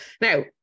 Now